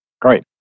Great